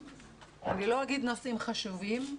אני לא אגיד נושאים חשובים,